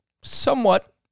somewhat